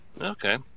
Okay